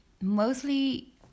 mostly